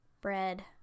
bread